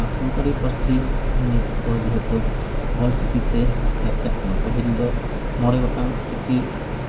ᱟᱨ ᱥᱟᱱᱛᱟᱲᱤ ᱯᱟᱹᱨᱥᱤ ᱱᱤᱛ ᱫᱚ ᱡᱷᱚᱛᱚ ᱚᱞ ᱪᱤᱠᱤᱛᱮ ᱪᱟᱨᱪᱟᱜ ᱠᱟᱱᱟ ᱯᱟᱹᱦᱤᱞ ᱫᱚ ᱢᱚᱬᱮ ᱜᱚᱴᱟᱝ ᱪᱤᱠᱤ